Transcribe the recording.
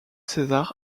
césar